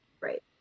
Right